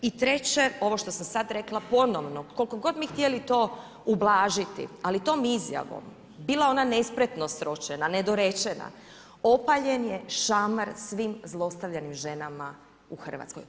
I treće, ovo što sam sad rekla ponovno, koliko god mi htjeli to ublažiti ali tom izjavom bila ona nespretno sročena, nedorečena opaljen je šamar svim zlostavljanim ženama u Hrvatskoj.